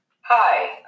Hi